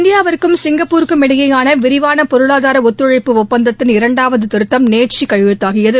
இந்தியாவிற்கும் சிங்கப்புருக்கும் இடையேயான விரிவான பொருளாதார ஒத்துழைப்பு ஒப்பந்தத்தின் இரண்டாவது திருத்தம் நேற்று கையெழுத்தாகியது